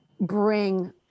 bring